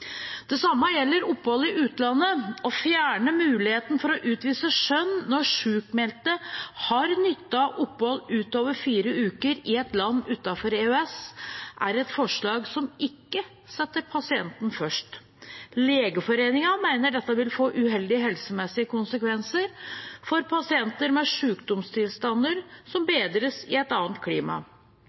Det samme gjelder opphold i utlandet. Å fjerne muligheten for å utvise skjønn når sjukmeldte har nytte av opphold utover fire uker i et land utenfor EØS, er et forslag som ikke setter pasienten først. Legeforeningen mener dette vil få uheldige helsemessige konsekvenser for pasienter med sjukdomstilstander som bedres i et annet klima.